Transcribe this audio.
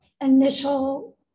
initial